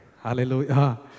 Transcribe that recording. Hallelujah